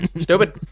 Stupid